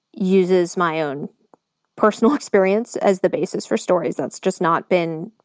uses my own personal experience as the basis for stories. that's just not been,